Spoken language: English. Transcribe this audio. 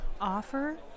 offer